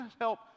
help